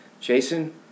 Jason